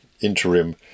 interim